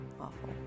awful